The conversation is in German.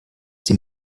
die